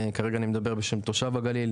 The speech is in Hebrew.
כרגע אני מדבר בתור תושב הגליל,